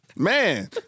Man